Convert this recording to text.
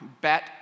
Bet